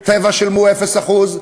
"טבע" שילמו אפס אחוז,